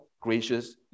gracious